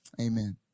Amen